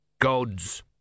gods